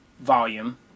volume